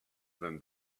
than